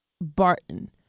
Barton